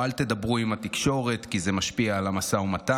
או 'אל תדברו עם התקשורת כי זה משפיע על המשא ומתן',